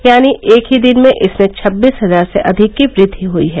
यानी एक ही दिन में इसमें छब्बीस हजार से अधिक की वृद्धि हुई है